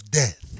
death